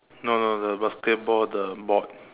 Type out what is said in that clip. no no the basketball the board